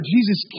Jesus